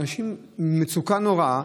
מצוקה נוראה.